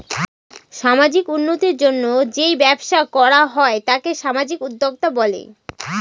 সামাজিক উন্নতির জন্য যেই ব্যবসা করা হয় তাকে সামাজিক উদ্যোক্তা বলে